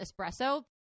espresso